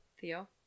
Theo